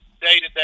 day-to-day